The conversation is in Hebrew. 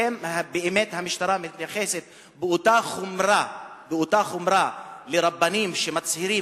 האם באמת המשטרה מתייחסת באותה חומרה לרבנים שמצהירים